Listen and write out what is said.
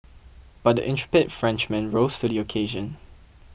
but the intrepid Frenchman rose to the occasion